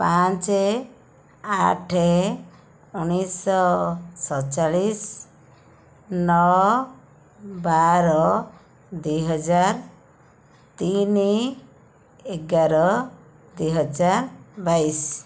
ପାଞ୍ଚ ଆଠ ଉଣେଇଶ ସତଚାଳିଶ ନଅ ବାର ଦୁଇହଜାର ତିନି ଏଗାର ଦୁଇହଜାର ବାଇଶ